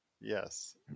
Yes